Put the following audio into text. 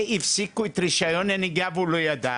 הפסיקו את רישיון הנהיגה והוא לא ידע,